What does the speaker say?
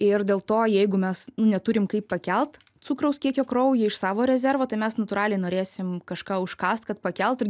ir dėlto jeigu mes neturim kaip pakelt cukraus kiekio kraujyje iš savo rezervo tai mes natūraliai norėsim kažką užkąst kad pakelt ir